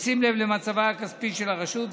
ובשים לב למצבה הכספי של הרשות,